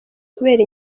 kubera